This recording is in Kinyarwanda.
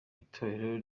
itorero